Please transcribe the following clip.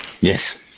Yes